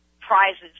prizes